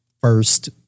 first